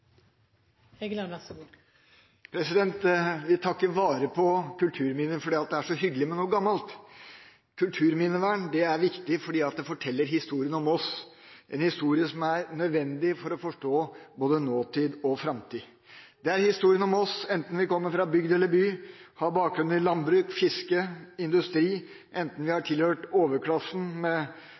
så hyggelig med noe gammelt. Kulturminnevern er viktig for å fortelle historien om oss, en historie som er nødvendig for å forstå både nåtid og framtid. Det er historien om oss, enten vi kommer fra bygd eller by, har bakgrunn i landbruk, fiske eller industri, enten vi har tilhørt overklassen